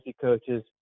coaches